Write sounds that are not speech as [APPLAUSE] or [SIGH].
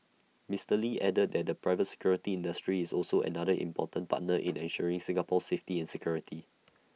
Mister lee added that the private security industry is also another important partner [NOISE] in ensuring Singapore's safety and security